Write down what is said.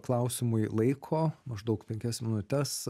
klausimui laiko maždaug penkias minutes